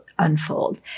unfold